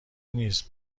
نیست